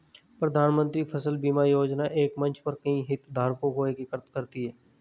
प्रधानमंत्री फसल बीमा योजना एक मंच पर कई हितधारकों को एकीकृत करती है